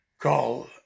call